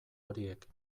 horiek